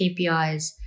KPIs